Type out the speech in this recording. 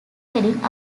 heading